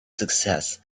success